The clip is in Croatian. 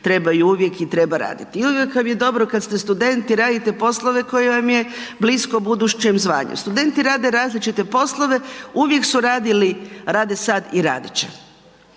trebaju uvijek i trebaju raditi. I uvijek vam je dobro kad ste student i radite poslove koje vam je blisko budućem zvanju. Studenti rade različite poslove, uvijek su radili, rade sad i radit će.